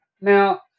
Now